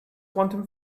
quantum